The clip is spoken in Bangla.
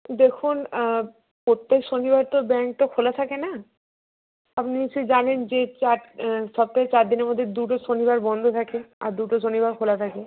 দেখুন প্রত্যেক শনিবার তো ব্যাংক তো খোলা থাকে না আপনি নিশ্চই জানেন যে চার সপ্তাহে চার দিনের মধ্যে দুটো শনিবার বন্ধ থাকে আর দুটো শনিবার খোলা থাকে